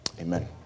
amen